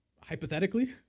hypothetically